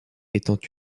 étant